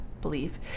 believe